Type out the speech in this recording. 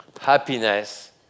happiness